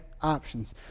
Options